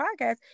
podcast